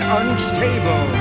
unstable